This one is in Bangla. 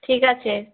ঠিক আছে